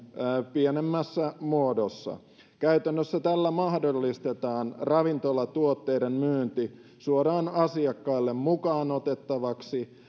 pienemmässä muodossa käytännössä tällä mahdollistetaan ravintolatuotteiden myynti suoraan asiakkaille mukaan otettavaksi